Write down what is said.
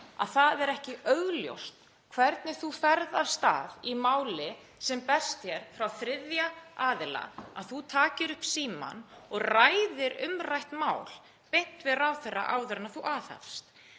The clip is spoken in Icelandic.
að það er ekki augljóst hvernig þú ferð af stað í máli sem berst frá þriðja aðila, að þú takir upp símann og ræðir umrætt mál beint við ráðherra áður en þú aðhefst,